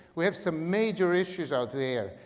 we have some major issues out there.